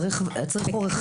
צריך עורך דין.